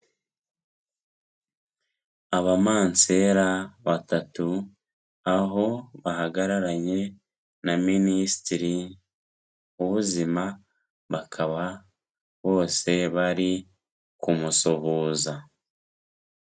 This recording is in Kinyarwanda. Abamansera batatu aho bahagararanye na Minisitiri w'Ubuzima, bakaba bose bari kumusuhuza.